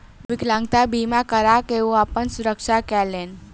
विकलांगता बीमा करा के ओ अपन सुरक्षा केलैन